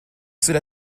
cela